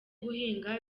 guhinga